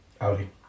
Audi